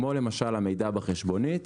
כמו למשל המידע בחשבונית,